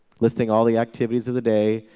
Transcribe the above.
listing all the activities of the day,